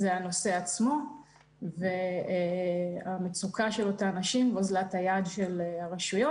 זה הנושא עצמו והמצוקה של אותן נשים ואוזלת היד של הרשויות.